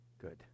good